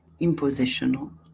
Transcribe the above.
impositional